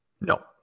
No